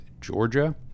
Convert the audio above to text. georgia